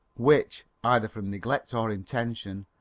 which, either from neglect or intention,